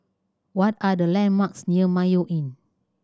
what are the landmarks near Mayo Inn